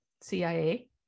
CIA